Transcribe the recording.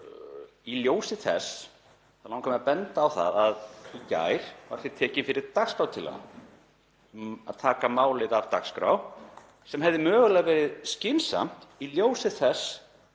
Í ljósi þess langar mig að benda á það að í gær var tekin fyrir dagskrártillaga um að taka málið af dagskrá, sem hefði mögulega verið skynsamlegt í ljósi þess